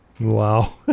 Wow